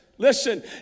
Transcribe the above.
Listen